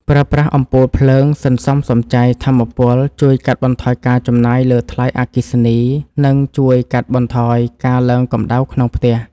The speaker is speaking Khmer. ប្រើប្រាស់អំពូលភ្លើងសន្សំសំចៃថាមពលជួយកាត់បន្ថយការចំណាយលើថ្លៃអគ្គិសនី និង ជួយកាត់បន្ថយការឡើងកម្ដៅក្នុងផ្ទះ។